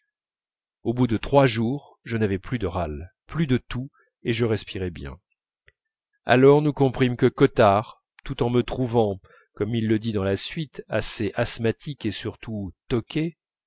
au bout de trois jours je n'avais plus de râles plus de toux et je respirais bien alors nous comprîmes que cottard tout en me trouvant comme il le dit dans la suite assez asthmatique et surtout toqué